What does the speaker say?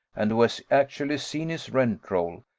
and who has actually seen his rent-roll,